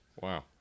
Wow